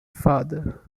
father